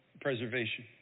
preservation